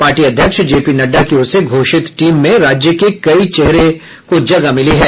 party अध्यक्ष जेपी नड्डा की ओर से घोषित टीम में राज्य के कई चेहरों को जगह मिली है